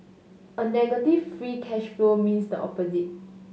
a negative free cash flow means the opposite